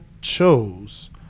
chose